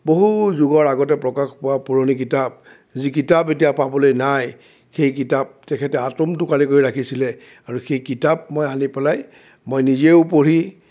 বহু যুগৰ আগতে প্ৰকাশ পোৱা পুৰণি কিতাপ যি কিতাপ এতিয়া পাবলৈ নাই সেই কিতাপ তেখেতে আটোমটোকাৰিকৈ ৰাখিছিলে আৰু সেই কিতাপ মই আনি পেলাই মই নিজেও পঢ়ি